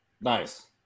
Nice